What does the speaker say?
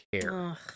care